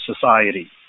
society